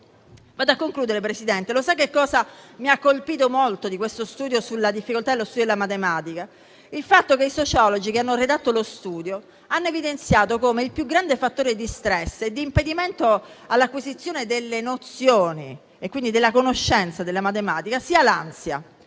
non è così. Quello che mi ha colpito molto di questa ricerca sulla difficoltà nello studio della matematica è il fatto che i sociologi che l'hanno redatta hanno evidenziato come il più grande fattore di stress e di impedimento all'acquisizione delle nozioni, e quindi della conoscenza della matematica, sia l'ansia: